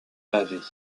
pavée